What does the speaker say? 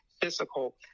physical